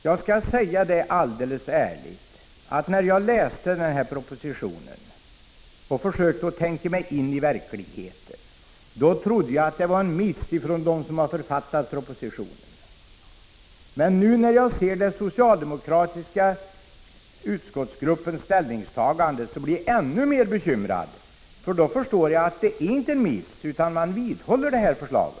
Jag skall alldeles ärligt säga att när jag läste denna proposition och försökte tänka mig in i verkligheten, trodde jag att förslaget var en miss från dem som författat propositionen. Nu när jag ser den socialdemokratiska utskottsgrup pens ställningstagande blir jag ännu mer bekymrad. Jag förstår att det inte är — Prot. 1985/86:50 en miss, utan att man vidhåller detta förslag.